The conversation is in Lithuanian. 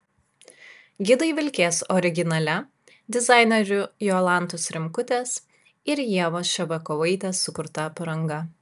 gidai vilkės originalia dizainerių jolantos rimkutės ir ievos ševiakovaitės sukurta apranga